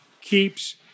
keeps